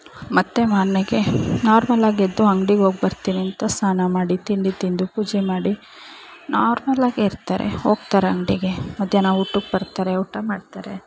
ಮತ್ತು ಮಾರನೇಗೆ ನಾರ್ಮಲ್ಲಾಗಿ ಎದ್ದು ಅಂಗ್ಡಿಗೆ ಹೋಗ್ಬರ್ತೀನಿ ಅಂತ ಸ್ನಾನ ಮಾಡಿ ತಿಂಡಿ ತಿಂದು ಪೂಜೆ ಮಾಡಿ ನಾರ್ಮಲ್ಲಾಗೆ ಇರ್ತಾರೆ ಹೋಗ್ತಾರೆ ಅಂಗಡಿಗೆ ಮಧ್ಯಾಹ್ನ ಊಟಕ್ಕೆ ಬರ್ತಾರೆ ಊಟ ಮಾಡ್ತಾರೆ